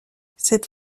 cette